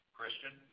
Christian